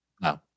No